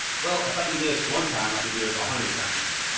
well, if i do this one time, i could do it a hundred times.